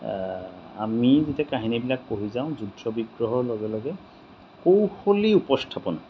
আমি যেতিয়া কাহিনীবিলাক পঢ়ি যাওঁ যুদ্ধ বিগ্ৰহৰ লগে লগে কৌশলী উপস্থাপন